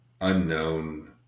unknown